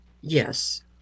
Yes